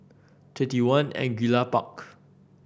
Twenty One Angullia Park